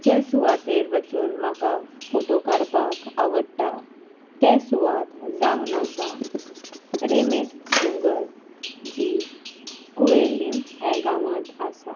सुवातेर वचून म्हाका फोटो काडपाक आवडटा ते सुवात जावन आसा रेमेत दोंगर जी कुयेलीम हे गांवांत आसा